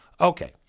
Okay